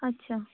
ᱟᱪᱪᱷᱟ